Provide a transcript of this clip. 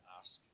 ask